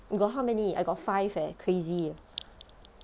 you got how many I got five eh crazy